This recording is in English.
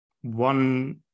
one